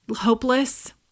hopeless